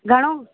घणो